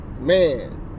Man